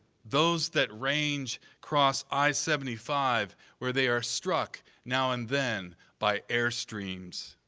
those that range cross i seventy five where they are struck now and then by airstreams.